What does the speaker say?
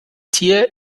tier